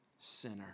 sinner